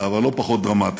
אבל לא פחות דרמטי,